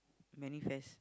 manifest